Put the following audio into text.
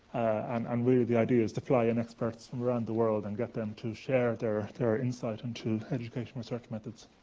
and and really the idea is to fly in experts from around the world and get them to share their their insights into educational research methods.